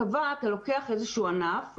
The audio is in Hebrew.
אתה לוקח איזשהו ענף,